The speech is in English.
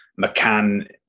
McCann